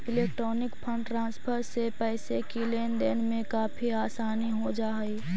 electronic fund transfer से पैसे की लेन देन में काफी आसानी हो जा हई